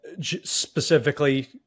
specifically